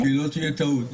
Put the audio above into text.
שלא תהיה טעות.